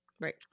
Right